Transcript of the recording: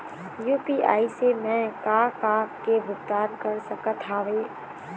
UPI से मैं का का के भुगतान कर सकत हावे?